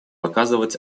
оказывать